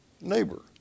neighbor